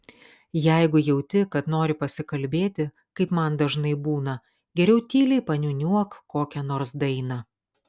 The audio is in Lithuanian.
jeigu jauti kad nori pasikalbėti kaip man dažnai būna geriau tyliai paniūniuok kokią nors dainą